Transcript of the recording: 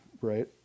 right